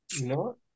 No